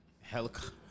helicopter